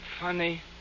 Funny